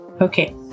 okay